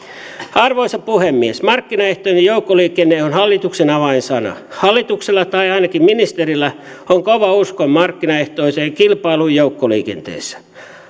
arvoisa puhemies markkinaehtoinen joukkoliikenne on hallituksen avainsana hallituksella tai ainakin ministerillä on kova usko markkinaehtoiseen kilpailuun joukkoliikenteessä